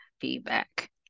feedback